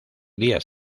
días